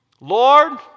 Lord